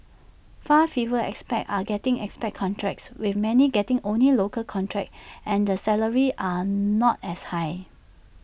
far fewer expats are getting expat contracts with many getting only local contracts and the salaries are not as high